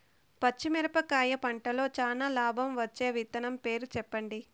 పచ్చిమిరపకాయ పంటలో చానా లాభం వచ్చే విత్తనం పేరు చెప్పండి?